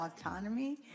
autonomy